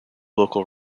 local